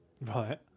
Right